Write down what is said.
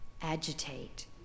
agitate